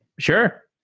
sure.